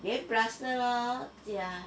黏 plaster lor 讲